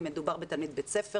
אם מדובר בתלמיד בית ספר,